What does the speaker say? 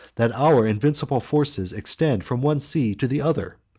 that our invincible forces extend from one sea to the other?